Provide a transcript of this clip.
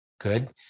Good